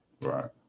Right